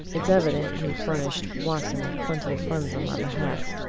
it's evident he furnished watson with plenty of funds on my behalf.